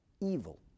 evil